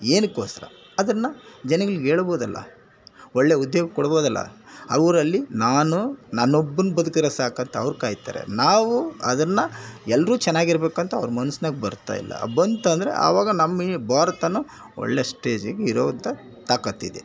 ಏನಕ್ಕೋಸ್ಕರ ಅದನ್ನು ಜನಗಳಿಗೆ ಹೇಳ್ಬೋದಲ್ಲ ಒಳ್ಳೆ ಉದ್ಯೋಗ ಕೊಡ್ಬೋದಲ್ಲ ಅವ್ರಲ್ಲಿ ನಾನು ನಾನು ಒಬ್ಬನು ಬದುಕಿದ್ರೆ ಸಾಕುಂತ ಅವ್ರು ಕಾಯ್ತಾರೆ ನಾವು ಅದನ್ನು ಎಲ್ರೂ ಚೆನ್ನಾಗಿರ್ಬೇಕುಂತ ಅವರ ಮನಸ್ನಾಗೆ ಬರ್ತಾ ಇಲ್ಲ ಬಂತು ಅಂದರೆ ಅವಾಗ ನಮ್ಮ ಈ ಭಾರತನ ಒಳ್ಳೆ ಸ್ಟೇಜ್ಗೆ ಇರುವಂಥ ತಾಕತ್ತು ಇದೆ